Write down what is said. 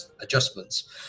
adjustments